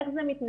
איך זה מתנהל.